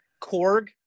Korg